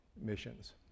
missions